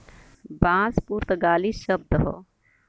बांस पुर्तगाली शब्द हौ